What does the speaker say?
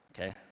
Okay